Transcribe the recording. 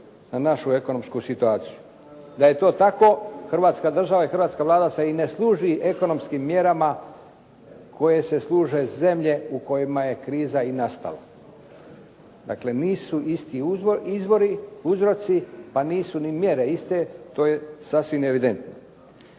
na našu ekonomsku situaciju. Da je to tako Hrvatska država i hrvatska Vlada se i ne služi ekonomskim mjerama koje se služe zemlje u kojima je kriza i nastala. Dakle, nisu isti izvori, uzroci pa nisu ni mjere iste, to je sasvim evidentno.